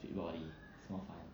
fit body it's more fun